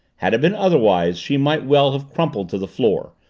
had it been otherwise she might well have crumpled to the floor,